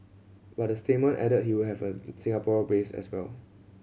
but the statement added he will have an Singapore base as well